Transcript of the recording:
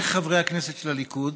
איך חברי הכנסת של הליכוד,